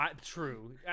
True